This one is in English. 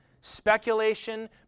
speculation